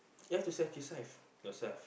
you have to sacrifice yourself